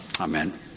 Amen